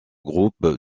groupe